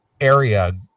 area